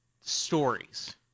stories